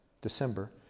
December